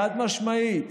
חד-משמעית,